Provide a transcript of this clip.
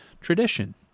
tradition